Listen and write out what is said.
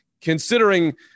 considering